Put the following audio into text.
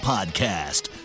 Podcast